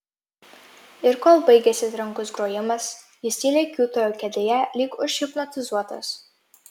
ir kol baigėsi trankus grojimas jis tyliai kiūtojo kėdėje lyg užhipnotizuotas